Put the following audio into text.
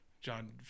John